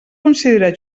considera